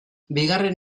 bigarren